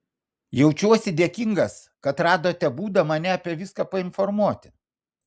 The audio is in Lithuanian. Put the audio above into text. jaučiuosi dėkingas kad radote būdą mane apie viską painformuoti